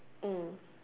mm